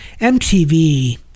MTV